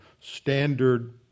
standard